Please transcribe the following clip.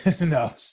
no